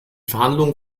verhandlungen